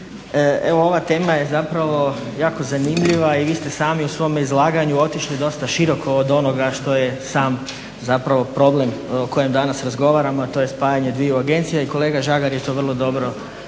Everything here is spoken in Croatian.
evo ova tema je zapravo jako zanimljiva i vi ste sami u svome izlaganju otišli dosta široko od onoga što je sam zapravo problem o kojem danas razgovaramo, a to je spajanje dviju agencija i kolega Žagar je to vrlo dobro obrazložio.